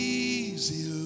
easy